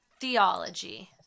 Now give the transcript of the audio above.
theology